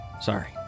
Sorry